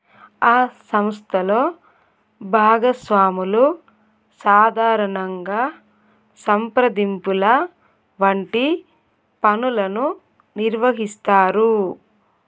ఆ సంస్థలో భాగస్వాములు సాధారణంగా సంప్రదింపుల వంటి పనులను నిర్వహిస్తారు